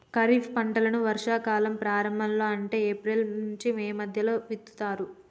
ఖరీఫ్ పంటలను వర్షా కాలం ప్రారంభం లో అంటే ఏప్రిల్ నుంచి మే మధ్యలో విత్తుతరు